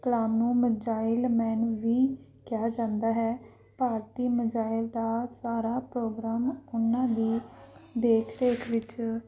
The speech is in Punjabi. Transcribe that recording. ਕਲਾਮ ਨੂੰ ਮਜਾਇਲ ਮੈਨ ਵੀ ਕਿਹਾ ਜਾਂਦਾ ਹੈ ਭਾਰਤੀ ਮਜਾਇਲ ਦਾ ਸਾਰਾ ਪ੍ਰੋਗਰਾਮ ਉਹਨਾਂ ਦੀ ਦੇਖ ਰੇਖ ਵਿੱਚ